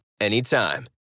Anytime